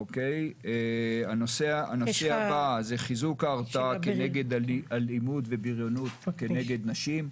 הנושא הבא זה חיזוק ההרתעה בעניין אלימות ובריונות נגד נשים,